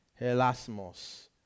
helasmos